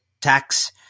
tax